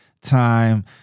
time